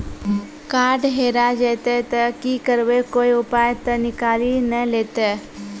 Card हेरा जइतै तऽ की करवै, कोय पाय तऽ निकालि नै लेतै?